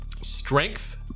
Strength